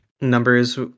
numbers